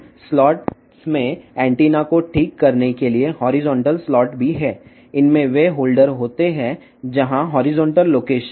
ఈ స్లాట్లలోని యాంటెన్నాలను పరిష్కరించడానికి ఇది క్షితిజ సమాంతర స్లాట్లను కలిగి ఉంటుంది